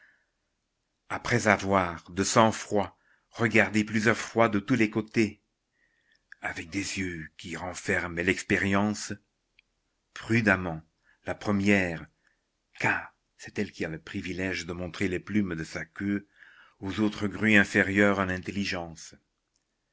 après avoir de sang-froid regardé plusieurs fois de tous les côtés avec des yeux qui renferment l'expérience prudemment la première car c'est elle qui a le privilége de montrer les plumes de sa queue aux autres grues inférieures en